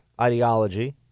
ideology